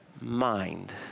mind